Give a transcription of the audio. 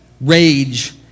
rage